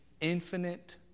infinite